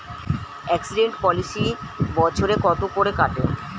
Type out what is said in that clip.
Accident policy বছরে কত করে কাটে?